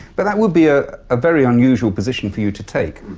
but that would be a ah very unusual position for you to take.